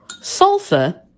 Sulfur